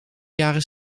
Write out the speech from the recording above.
jaren